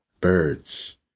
Birds